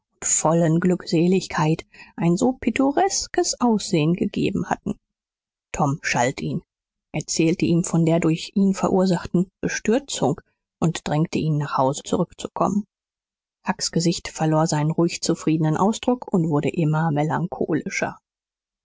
vollen glückseligkeit ein so pittoreskes aussehen gegeben hatten tom schalt ihn erzählte ihm von der durch ihn verursachten bestürzung und drängte ihn nach haus zurückzukommen hucks gesicht verlor seinen ruhig zufriedenen ausdruck und wurde immer melancholischer